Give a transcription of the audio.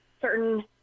certain